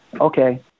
okay